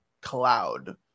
cloud